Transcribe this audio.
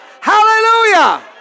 Hallelujah